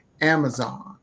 Amazon